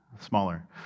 smaller